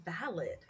valid